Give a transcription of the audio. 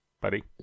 buddy